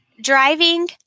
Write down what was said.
driving